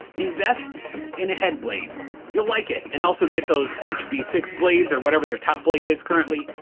invest in a head blade you'll like it and also get those h b six blades or whatever their top blade is currently.